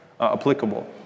applicable